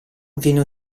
viene